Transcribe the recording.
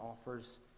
offers